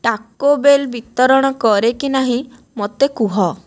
Taco Bell ବିତରଣ କରେ କି ନାହିଁ ମୋତେ କୁହ